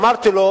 אמרתי לו